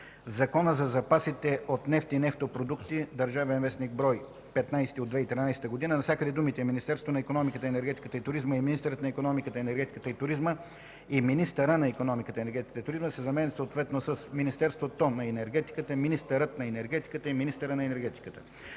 Закона за запасите от нефт и нефтопродукти (обн., ДВ, бр...) навсякъде думите „Министерството на икономиката, енергетиката и туризма”, „министърът на икономиката, енергетиката и туризма” и „министъра на икономиката, енергетиката и туризма” се заменят съответно с „Министерството на енергетиката”, „министърът на енергетиката” и „министъра на енергетиката”.